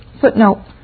Footnote